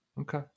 Okay